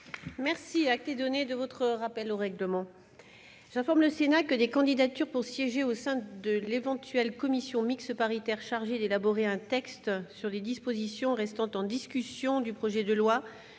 vous est donné de votre rappel au règlement, ma chère collègue. J'informe le Sénat que les candidatures pour siéger au sein de l'éventuelle commission mixte paritaire chargée d'élaborer un texte sur les dispositions restant en discussion du projet de loi